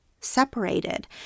separated